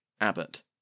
Abbott